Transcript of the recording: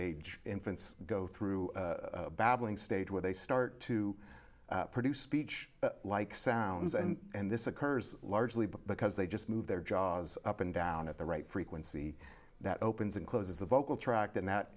age infants go through babbling stage where they start to produce speech like sounds and this occurs largely because they just move their jaws up and down at the right frequency that opens and closes the vocal tract and that